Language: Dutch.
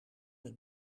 het